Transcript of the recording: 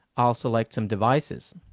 i'll select some devices.